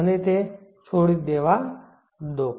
મને તે છોડી દેવા દો